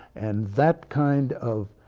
and that kind of